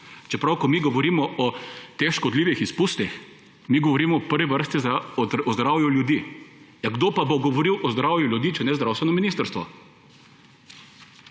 čeprav ko mi govorimo o teh škodljivih izpustih, mi govorimo v prvi vrsti o zdravju ljudi. Ja, kdo bo pa govoril o zdravju ljudi, če ne zdravstveno ministrstvo?!